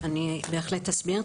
אני בהחלט אסביר.